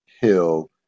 Hill